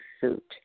suit